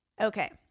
Okay